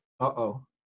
Uh-oh